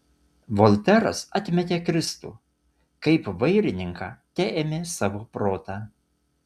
volteras atmetė kristų kaip vairininką teėmė savo protą